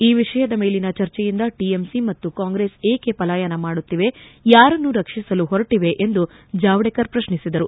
ಈ ವಿಷಯದ ಮೇಲಿನ ಚರ್ಚೆಯಿಂದ ಟಿಎಂಸಿ ಮತ್ತು ಕಾಂಗ್ರೆಸ್ ಏಕೆ ಪಲಾಯನ ಮಾಡುತ್ತಿವೆ ಯಾರನ್ನು ರಕ್ಷಿಸಲು ಹೊರಟವೆ ಎಂದು ಜಾವಡೇಕರ್ ಪ್ರತ್ನಿಸಿದರು